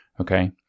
Okay